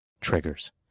triggers